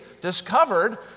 discovered